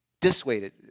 Dissuaded